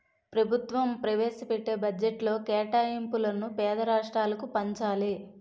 ప్రభుత్వం ప్రవేశపెట్టే బడ్జెట్లో కేటాయింపులను పేద రాష్ట్రాలకు పంచాలి